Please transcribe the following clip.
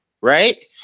Right